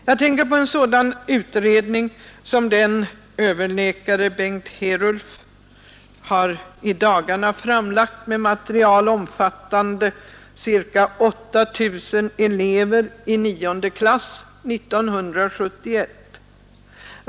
Jag tänker på en sådan undersökning som den överläkare Bengt Herulf i dagarna har framlagt med material omfattande ca 8 000 elever i nionde klass 1971.